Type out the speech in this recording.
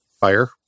fire